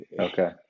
Okay